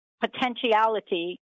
potentiality